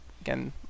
again